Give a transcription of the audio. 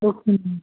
okay